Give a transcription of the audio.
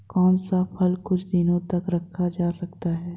कौन सा फल कुछ दिनों तक रखा जा सकता है?